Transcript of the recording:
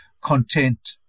content